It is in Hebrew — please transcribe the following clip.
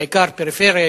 בעיקר בפריפריה,